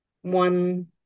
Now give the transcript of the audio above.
one